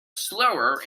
slower